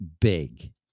big